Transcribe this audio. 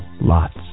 Lots